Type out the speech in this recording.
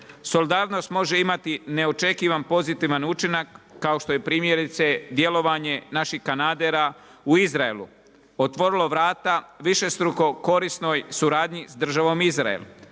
Solidarnost može imati neočekivan pozitivan učinak kao što je primjerice djelovanje naših kanadera u Izraelu otvorilo vrata višestruko korisnoj suradnji s državom Izrael,